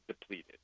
depleted